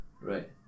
right